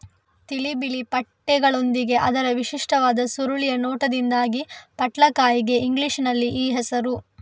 ತಿಳಿ ಬಿಳಿ ಪಟ್ಟೆಗಳೊಂದಿಗೆ ಅದರ ವಿಶಿಷ್ಟವಾದ ಸುರುಳಿಯ ನೋಟದಿಂದಾಗಿ ಪಟ್ಲಕಾಯಿಗೆ ಇಂಗ್ಲಿಷಿನಲ್ಲಿ ಈ ಹೆಸರು